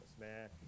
man